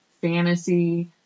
fantasy